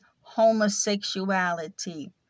homosexuality